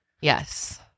yes